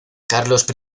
carlos